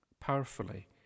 Powerfully